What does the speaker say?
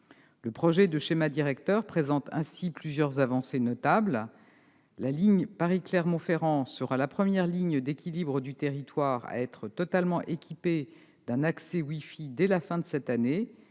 Le projet de schéma directeur présente ainsi plusieurs avancées notables. La ligne Paris-Clermont-Ferrand sera la première ligne d'équilibre du territoire à être totalement équipée d'un accès wifi dès la fin de cette année,